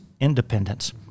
independence